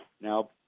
now